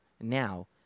now